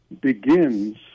begins